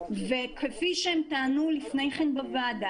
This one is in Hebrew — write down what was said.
ובמקומות אחרים,